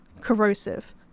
corrosive